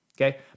okay